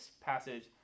passage